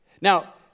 Now